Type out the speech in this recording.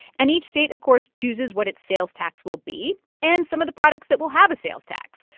and each state, of course, chooses what its sales tax will be and some of the products that will have a sales tax.